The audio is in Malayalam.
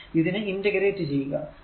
ഇതിനെ ഇന്റഗ്രേറ്റ് ചെയ്യുക